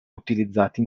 utilizzati